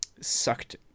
sucked